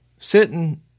Sitting